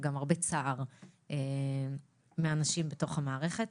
וגם הרבה צער מאנשים בתוך המערכת.